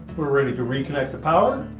we're ready to reconnect the power,